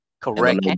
Correct